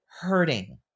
hurting